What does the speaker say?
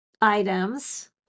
items